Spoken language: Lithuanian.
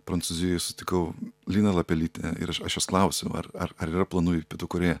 prancūzijoj sutikau liną lapelytę ir aš aš jos klausiau ar ar ar yra planų tų kurie